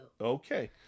Okay